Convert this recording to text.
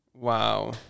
wow